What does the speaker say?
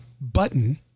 button